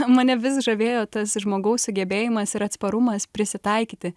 mane vis žavėjo tas žmogaus sugebėjimas ir atsparumas prisitaikyti